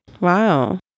Wow